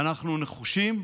אנחנו נחושים,